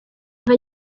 nka